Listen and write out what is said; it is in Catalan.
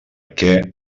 què